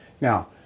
Now